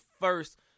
first